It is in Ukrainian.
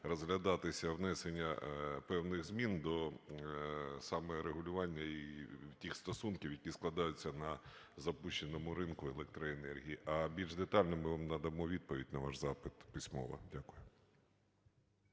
розглядатися внесення певних змін до саме регулювання і тих стосунків, які складаються на запущеному ринку електроенергії. А більш детально ми вам надамо відповідь на ваш запит письмово. Дякую.